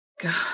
God